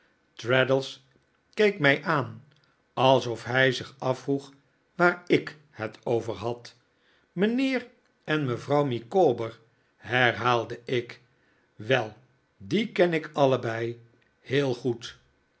traddles keek mij aan alsof hij zich afvroeg waar i k het over had mijnheer en mevrouw micawber herhaalde ik wel die ken ik allebei heel goed